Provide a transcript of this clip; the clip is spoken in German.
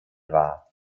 war